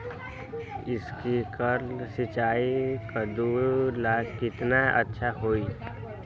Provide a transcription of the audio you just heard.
Sprinkler सिंचाई कददु ला केतना अच्छा होई?